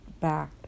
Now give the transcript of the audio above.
back